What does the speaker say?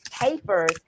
papers